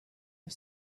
are